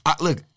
Look